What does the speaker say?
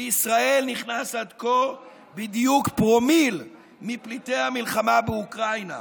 לישראל נכנס עד כה בדיוק פרומיל מפליטי המלחמה באוקראינה.